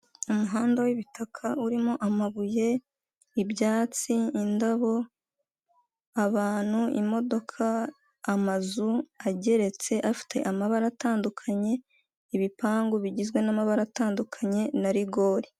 Umuhanda w'ibitaka urimo amabuye ibyatsi indabo abantu imodoka amazu ageretse afite amabara atandukanye, ibipangu bigizwe n'amabara atandukanye na rigore.